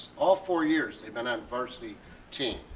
all four years, they've been a varsity team.